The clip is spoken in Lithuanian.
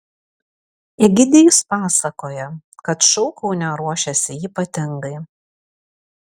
egidijus pasakoja kad šou kaune ruošiasi ypatingai